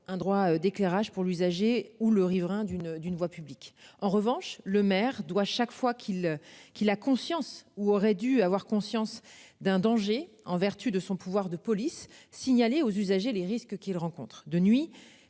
un droit d'éclairage pour l'usager ou le riverain d'une d'une voie publique, en revanche, le maire doit chaque fois qu'il qu'il a conscience, ou aurait dû avoir conscience d'un danger en vertu de son pouvoir de police signalé aux usagers les risques qu'ils rencontrent de nuit.